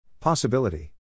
Possibility